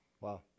Wow